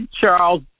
Charles